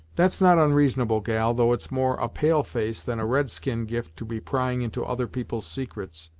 that's not onreasonable, gal, though it's more a pale-face than a red-skin gift to be prying into other people's secrets.